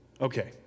Okay